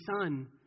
son